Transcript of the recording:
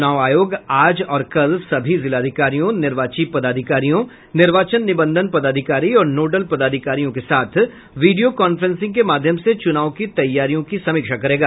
च्रनाव आयोग आज और कल सभी जिलाधिकारियों निर्वाची पदाधिकारियों निर्वाचन निबंधन पदाधिकारी और नोडल पदाधिकारियों के साथ वीडियो कांफ्रेंसिंग के माध्यम से चूनाव के तैयारियों की समीक्षा करेगा